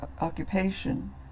occupation